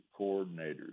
coordinators